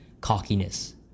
cockiness